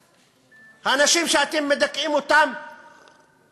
והאנשים שאתם מדכאים רק מחריפים